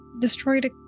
destroyed